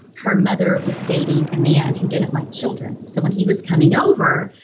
her mother was dating a man who didn't like children. so when he was coming over,